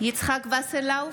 יצחק שמעון וסרלאוף,